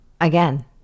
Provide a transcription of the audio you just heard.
again